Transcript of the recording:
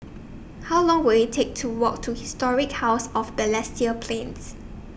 How Long Will IT Take to Walk to Historic House of Balestier Plains